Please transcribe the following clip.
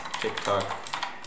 TikTok